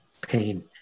pain